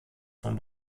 von